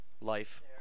life